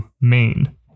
main